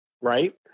right